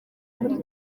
muri